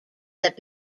that